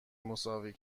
مساوی